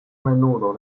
menudo